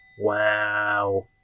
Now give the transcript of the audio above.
Wow